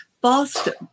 Boston